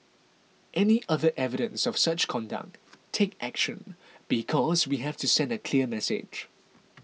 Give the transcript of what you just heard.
any other evidence of such conduct take action because we have to send a clear message